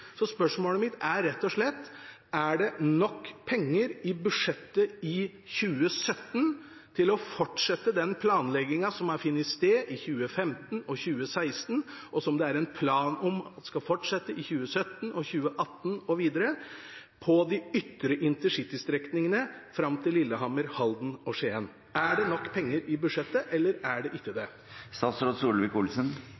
Spørsmålet mitt er rett og slett: Er det nok penger i budsjettet for 2017 til å fortsette den planleggingen som har funnet sted i 2015 og 2016, og som det er plan om skal fortsette i 2017 og 2018 og videre på de ytre intercitystrekningene fram til Lillehammer, Halden og Skien? Er det nok penger i budsjettet, eller er det ikke